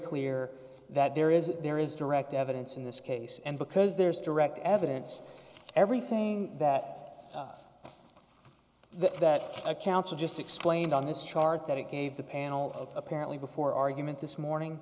clear that there is there is direct evidence in this case and because there's direct evidence everything that the that counsel just explained on this chart that it gave the panel of apparently before argument this morning